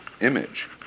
image